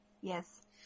Yes